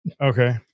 Okay